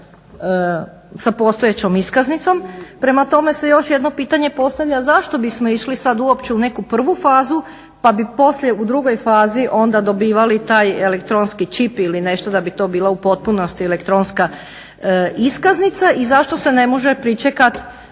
sa postojećom iskaznicom. Prema tome postavlja se još jedno postavlja, zašto bismo išli sada uopće u neku prvu fazu pa bi poslije u drugoj fazi onda dobivali taj elektronski čip ili nešto da bi to bilo u potpunosti elektronska iskaznica i zašto se ne može pričekat